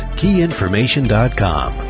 keyinformation.com